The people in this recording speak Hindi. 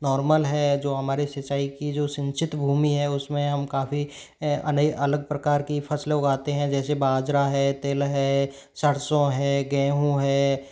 नॉर्मल है जो हमारे सिंचाई की जो सिंचित भूमि है उसमें हम काफ़ी अने अलग प्रकार की फ़सलें उगाते हैं जैसे बाजरा है तिल है सरसों है गेहूं है